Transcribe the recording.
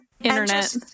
internet